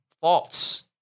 false